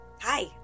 Hi